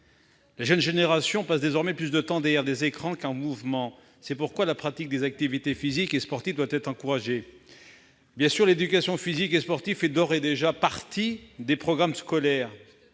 La jeune génération passe désormais plus de temps devant des écrans qu'en mouvement. C'est pourquoi la pratique des activités physiques et sportives doit être encouragée. Bien sûr, l'éducation physique et sportive, ou EPS, fait d'ores et déjà partie des programmes scolaires,